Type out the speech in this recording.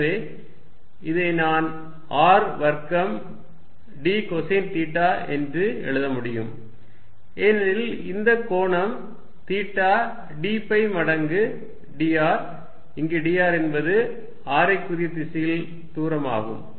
எனவே இதை நான் R வர்க்கம் d கொசைன் தீட்டா என்று எழுத முடியும் ஏனெனில் இந்த கோணம் தீட்டா dφ மடங்கு dr இங்கு dr என்பது ஆரைக்குரிய திசையில் தூரம் ஆகும்